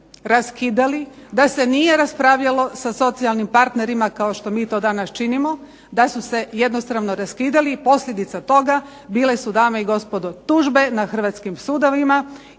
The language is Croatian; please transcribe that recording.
da se nije raspravljalo sa socijalnim partnerima kao što mi to danas činimo, da su se jednostrano raskidali i posljedica toga bile su dame i gospodo tužbe na hrvatskim sudovima